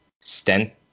stent